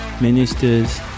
ministers